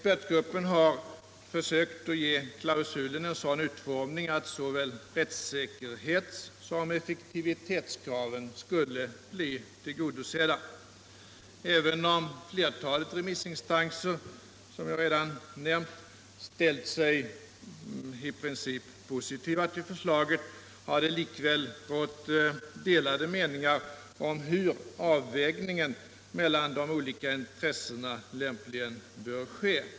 Expertgruppen har försökt ge klausulen en sådan utformning att såväl rättssäkerhetssom effektivitetskraven skall bli tillgodosedda. Även om flertalet remissinstanser — som jag redan nämnt — ställt sig i princip positiva till förslaget har det rått delade meningar om hur avvägningen mellan de olika intressena lämpligen bör ske.